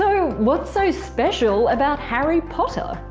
so what's so special about harry potter?